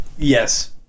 yes